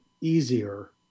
easier